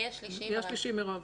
מי השלישי, מירב?